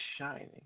shining